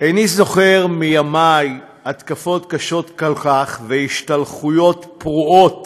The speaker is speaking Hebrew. איני זוכר מימיי התקפות קשות כל כך והשתלחויות פרועות